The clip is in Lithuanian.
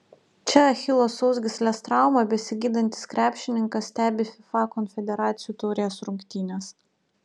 čia achilo sausgyslės traumą besigydantis krepšininkas stebi fifa konfederacijų taurės rungtynes